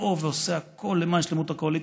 בכיסאו ועושה הכול למען שלמות הקואליציה.